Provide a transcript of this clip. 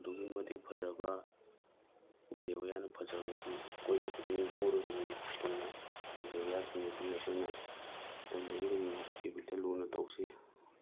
ꯑꯗꯨꯛꯀꯤ ꯃꯇꯤꯛ ꯐꯖꯕ ꯎꯆꯦꯛ ꯋꯥꯌꯥꯅ ꯐꯖꯕꯗꯨ ꯑꯩꯈꯣꯏꯗ ꯄꯨꯛꯅꯤꯡ ꯍꯨꯔꯕꯅꯤꯅ ꯎꯆꯦꯛ ꯋꯥꯌꯥꯁꯤꯡ ꯑꯁꯤ ꯑꯩꯈꯣꯏꯅ ꯂꯨꯅ ꯇꯧꯁꯤ